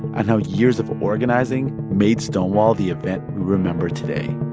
and how years of um organizing made stonewall the event we remember today